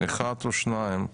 אחד או שנים,